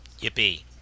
Yippee